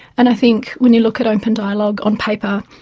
and i think when you look at open dialogue on paper,